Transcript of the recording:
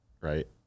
right